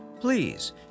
Please